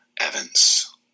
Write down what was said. Evans